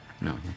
No